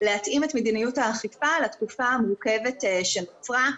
להתאים את מדיניות האכיפה לתקופה המורכבת שנוצרה.